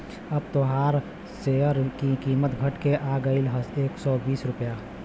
अब तोहार सेअर की कीमत घट के आ गएल एक सौ बीस रुपइया